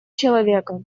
человека